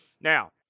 Now